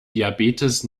diabetes